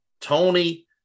Tony